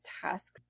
tasks